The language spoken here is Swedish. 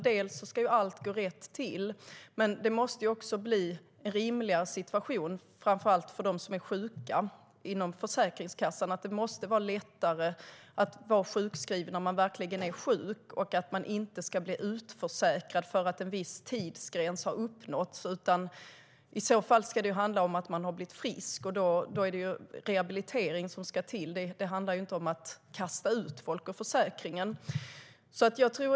Dels måste allt gå rätt till, dels måste det bli en rimligare situation framför allt för dem som är sjuka. Det måste vara lättare att kunna vara sjukskriven när man verkligen är sjuk och inte bli utförsäkrad för att en viss tid har uppnåtts. I så fall ska det handla om att man blivit frisk, och då är det rehabilitering som ska till. Det handlar inte om att kasta ut folk ur försäkringen.